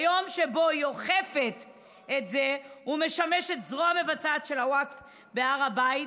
ביום שבו היא אוכפת את זה ומשמשת זרוע מבצעת של הווקף בהר הבית,